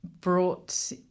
brought